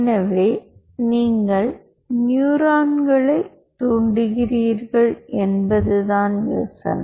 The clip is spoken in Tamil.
எனவே நீங்கள் நியூரான்களைத் தூண்டுகிறீர்கள் என்பதுதான் யோசனை